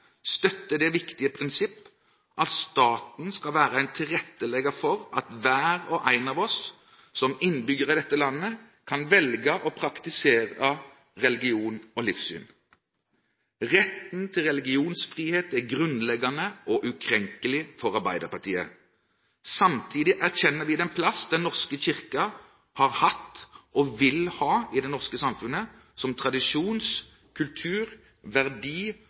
det viktige prinsipp at staten skal være en tilrettelegger for at hver og en av oss, som innbyggere i dette landet, kan velge å praktisere religion/livssyn. Retten til religionsfrihet er grunnleggende og ukrenkelig for Arbeiderpartiet. Samtidig erkjenner vi den plass Den norske kirke har hatt, og vil ha, i det norske samfunnet – som tradisjons-, kultur-, verdi-